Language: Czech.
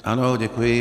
Ano, děkuji.